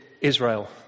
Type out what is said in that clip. Israel